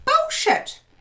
Bullshit